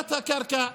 מבחינת הקרקע,